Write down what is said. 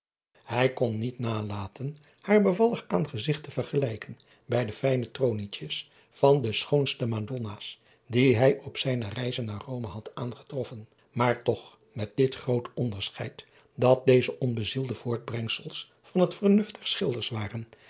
ij kon niet nalaten haar bevallig aangezigt te vergelijken bij de fijne tronietjes van de schoonste adonna s die hij op zijne reize naar ome had aangetroffen maar toch met dit groot onderscheid dat deze onbezielde voortbrengsels van het vernuft der schilders waren